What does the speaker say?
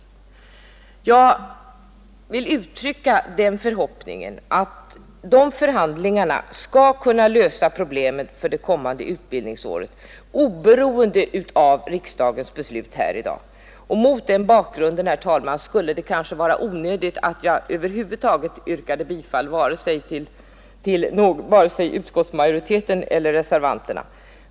Jag vill uttrycka den förhoppningen att de förhandlingarna skall kunna lösa problemet för det kommande utbildningsåret, oberoende av riksdagens beslut här i dag. Mot den bakgrunden, herr talman, skulle det kanske vara onödigt att jag över huvud taget yrkade bifall vare sig till utskottsmajoritetens eller till reservanternas förslag.